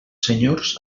senyors